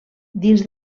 dins